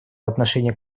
отношению